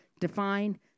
define